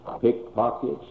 Pickpockets